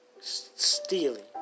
stealing